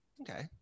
Okay